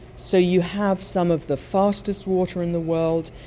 so you have some of the fastest water in the world,